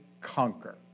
conquer